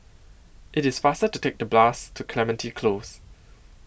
IT IS faster to Take The Bus to Clementi Close